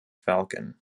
falcon